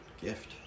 gift